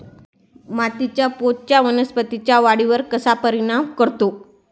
मातीच्या पोतचा वनस्पतींच्या वाढीवर कसा परिणाम करतो?